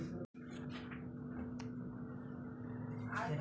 एक टन कांदा उतरवण्यासाठी किती शुल्क आकारला जातो?